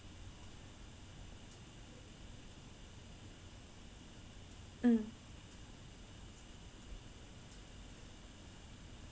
mm